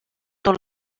tot